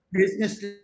Business